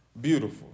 Beautiful